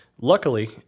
Luckily